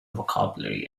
vocabulary